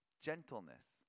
gentleness